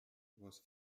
was